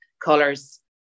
colors